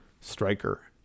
Striker